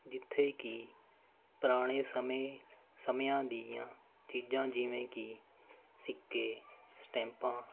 ਜਿੱਥੇ ਕਿ ਪੁਰਾਣੇ ਸਮੇਂ ਸਮਿਆਂ ਦੀਆਂ ਚੀਜ਼ਾਂ ਜਿਵੇਂ ਕਿ ਸਿੱਕੇ ਸਟੈਂਪਾਂ